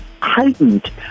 heightened